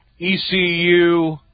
ECU